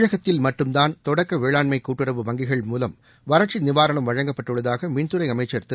தமிழகத்தில் மட்டும் தான் தொடக்க வேளாண்மை கூட்டுறவு வங்கிகள் மூலம் வறட்சி நிவாரணம் வழங்கப்பட்டுள்ளதாக மின்துறை அமைச்சர் திரு